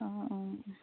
অঁ অঁ